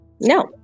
No